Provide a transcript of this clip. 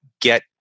get